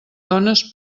dones